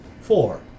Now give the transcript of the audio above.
Four